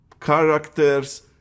characters